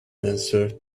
answer